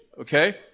okay